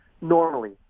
normally